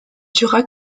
dura